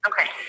Okay